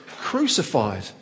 crucified